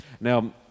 Now